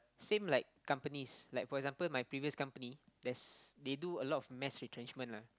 same like companies like for example my previous company there's they do a lot of mass retrenchment lah